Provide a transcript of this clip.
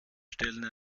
stellen